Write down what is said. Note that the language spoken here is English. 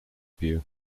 view